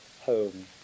Home